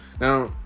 Now